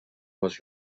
was